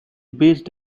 based